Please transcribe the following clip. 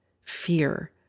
Fear